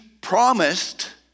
promised